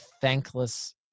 thankless